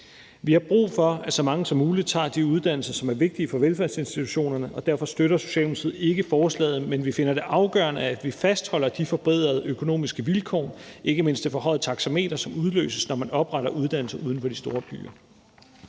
Vi har brug for, at så mange som muligt tager de uddannelser, som er vigtige for velfærdsinstitutionerne, og derfor støtter Socialdemokratiet ikke forslaget. Men vi finder det afgørende, at vi fastholder de forbedrede økonomiske vilkår, ikke mindst det forhøjede taxameter, som udløses, når man opretter uddannelser uden for de store byer.